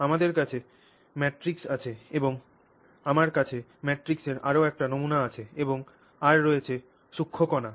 আমাদের কাছে এই ম্যাট্রিক্স আছে এবং আমার কাছে ম্যাট্রিক্সের আরও একটি নমুনা আছে এবং আর রয়েছে সূক্ষ্ম কণা